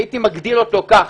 הייתי מגדיר אותו כך: